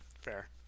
Fair